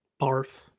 Barf